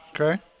Okay